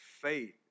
Faith